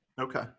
Okay